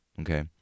okay